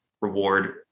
reward